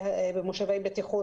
במושבי בטיחות,